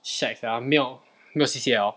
shag sia 没有没有 C_C_A 了